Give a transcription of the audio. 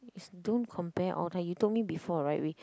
don't compare all that you told me before right we